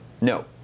No